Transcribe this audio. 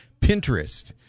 Pinterest